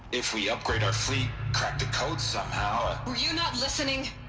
if we upgrade our fleet, crack the codes somehow, ah. were you not listening?